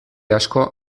asko